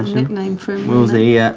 nickname for him.